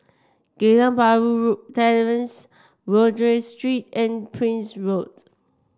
Geylang Bahru Terrace Rodyk Street and Prince Road